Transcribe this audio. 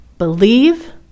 believe